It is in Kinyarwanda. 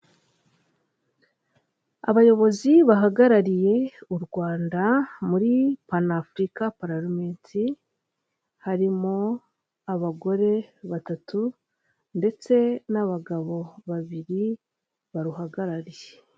Abayobozi bahagarariye u Rwanda muri panafurika pararumenti, harimo abagore batatu ndetse n'abagabo babiri baruhagarariye.